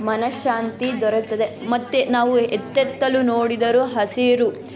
ಮನಃಶಾಂತಿ ದೊರೆಯುತ್ತದೆ ಮತ್ತು ನಾವು ಎತ್ತೆತ್ತಲು ನೋಡಿದರೂ ಹಸಿರು